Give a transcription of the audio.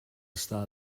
està